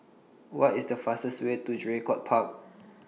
What IS The fastest Way to Draycott Park